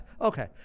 Okay